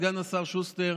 סגן השר שוסטר: